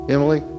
Emily